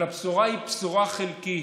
אבל הבשורה היא בשורה חלקית,